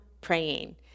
praying